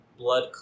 Blood